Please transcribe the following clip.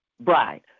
bride